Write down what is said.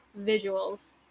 visuals